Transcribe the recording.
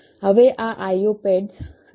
હવે આ IO pads બાહ્ય પિનની બાજુમાં સ્થિત છે